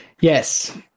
Yes